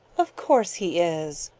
of course he is.